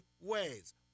ways